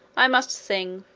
i must sing.